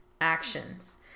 actions